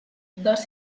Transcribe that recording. dos